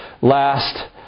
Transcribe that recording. last